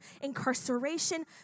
incarceration